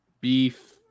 beef